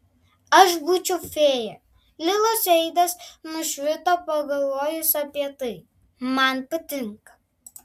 aš būčiau fėja lilos veidas nušvito pagalvojus apie tai man patinka